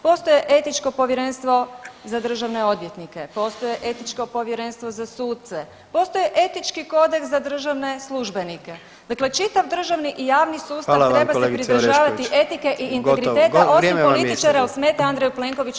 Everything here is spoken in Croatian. Postoji etičko povjerenstvo za državne odvjetnike, postoji etičko povjerenstvo za suce, postoji etički kodeks za državne službenike, dakle čitav državni i javni sustav [[Upadica: Hvala vam kolegice Orešković]] treba se pridržavati etike i integriteta [[Upadica: Gotovo, vrijeme vam je isteklo]] osim političara jel smetaju Andreju Plenkoviću.